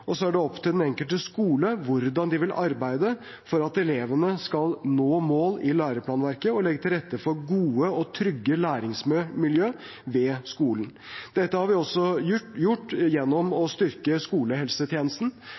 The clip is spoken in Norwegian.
og så er det opp til den enkelte skole hvordan de vil arbeide for at elevene skal nå mål i læreplanverket, og legge til rette for gode og trygge læringsmiljø ved skolen. Dette har vi også gjort gjennom å styrke skolehelsetjenesten.